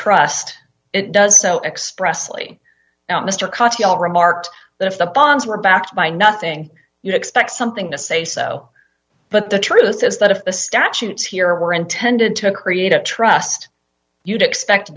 trust it does so expressly mr katyal remarked that if the bonds were backed by nothing you expect something to say so but the truth is that if the statutes here were intended to create a trust you'd expect